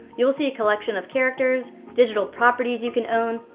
you will see a collection of characters, digital properties you can own,